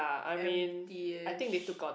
empty ish